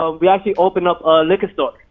ah we actually opened up a liquor store.